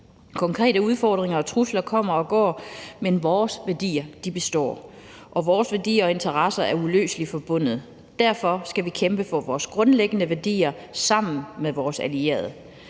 Konkrete udfordringer og trusler kommer og går, men vores værdier består. Vores værdier og interesser er uløseligt forbundet. Derfor skal vi kæmpe for vores grundlæggende værdier sammen med vores allierede.